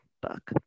book